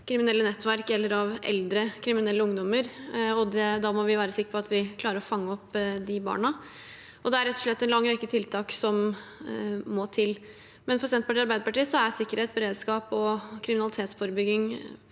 kriminelle nettverk eller av eldre kriminelle ungdommer, og da må vi være sikre på at vi klarer å fange opp de barna. Det er rett og slett en lang rekke tiltak som må til. For Senterpartiet og Arbeiderpartiet er sikkerhet, beredskap og kriminalitetsforebygging